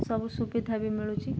ସବୁ ସୁବିଧା ବି ମିଳୁଛି